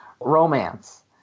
romance